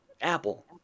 Apple